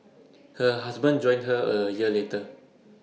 her husband joined her A year later